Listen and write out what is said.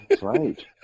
right